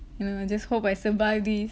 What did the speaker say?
you know just hope I survive these